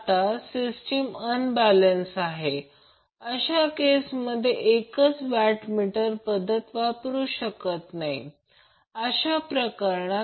तर हा अँगल 30° आहे मग त्या दुसऱ्या वॅटमीटर मधून रीडिंग घेतले जाते ते P2 असते